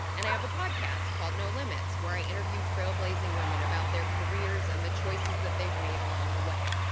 and i have a podcast called no limits where i interview trailblazing women about their careers and the choices that they've made along the way.